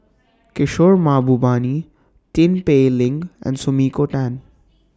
Kishore Mahbubani Tin Pei Ling and Sumiko Tan